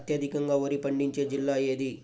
అత్యధికంగా వరి పండించే జిల్లా ఏది?